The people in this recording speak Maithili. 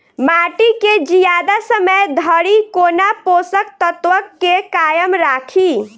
माटि केँ जियादा समय धरि कोना पोसक तत्वक केँ कायम राखि?